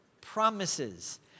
promises